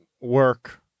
work